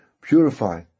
purify